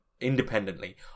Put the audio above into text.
independently